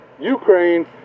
Ukraine